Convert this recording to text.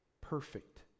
perfect